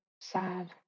sad